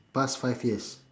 past five years